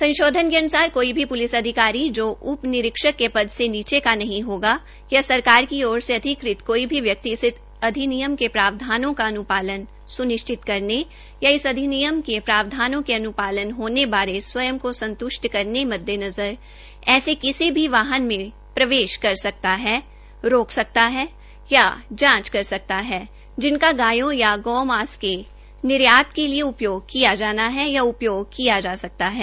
संशोधन के अन्सार कोई भी प्लिस अधिकारी जो उप निरीक्षक के पद से नीचे का नहीं होगा या सरकार की ओर से अधिकृत कोई भी व्यक्ति इस अधिनियम के प्रावधानों का अन्पालन स्निश्चित करने या इस अधिनियम के प्रावधानों के अन्पालन होने बारे स्वयं को संत्ष्ट करने के मददेनजर ऐसे किसी भी वाहन में प्रवेश कर सकता है रोक सकता है या जांच कर सकता है जिनका गायों या गोमांस के निर्यात के लिए उपयोग किया जाना है या उपयोग किया जा सकता है